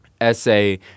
Essay